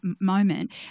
moment